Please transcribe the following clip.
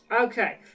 Okay